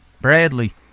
Bradley